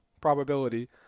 probability